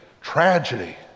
tragedy